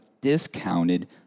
discounted